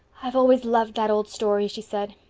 i've always loved that old story, she said,